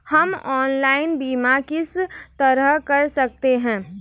हम ऑनलाइन बीमा किस तरह कर सकते हैं?